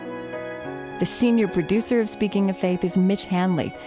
the senior producer of speaking of faith is mitch hanley,